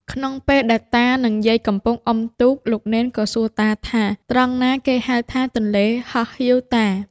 ក្នុងពេលដែលតានិងយាយកំពុងអុំទូក លោកនេន ក៏សួរតាថា ត្រង់ណាគេហៅថាទន្លេហោះហៀវតា ?